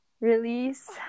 Release